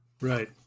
Right